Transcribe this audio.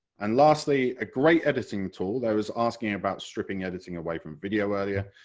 and lastly, a great editing tool, there was asking about stripping editing away from video earlier,